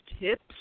tips